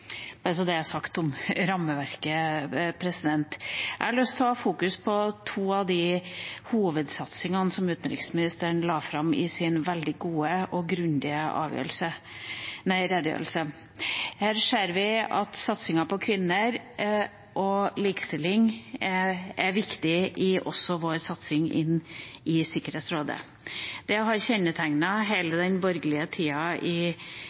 bare så det er sagt om rammeverket. Jeg har lyst til å fokusere på to av de hovedsatsingene som utenriksministeren la fram i sin veldig gode og grundige redegjørelse. Her ser vi at satsinga på kvinner og likestilling er viktig også i vår satsing inn i Sikkerhetsrådet. Det har kjennetegnet hele den borgerlige tida i